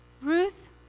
Ruth